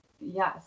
yes